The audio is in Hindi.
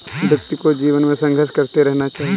व्यक्ति को जीवन में संघर्ष करते रहना चाहिए